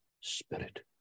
Spirit